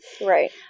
Right